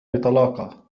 بطلاقة